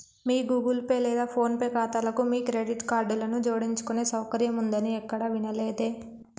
మీ Google Pay లేదా PhonePe ఖాతాలకు మీ క్రెడిట్ కార్డులను జోడించుకునే సౌకర్యం ఉందని ఎక్కడా వినలేదే